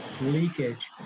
leakage